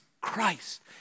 Christ